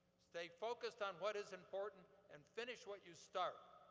stay focused on what is important and finish what you start.